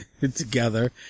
together